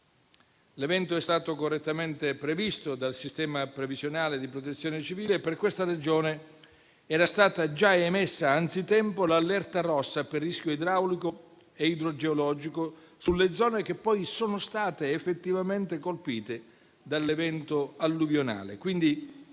L'evento è stato correttamente previsto dal sistema previsionale di Protezione civile e per questa ragione era stata già emessa anzitempo l'allerta rossa per rischio idraulico e idrogeologico, per le zone che poi sono state effettivamente colpite dall'evento alluvionale.